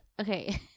okay